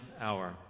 hour